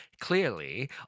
Clearly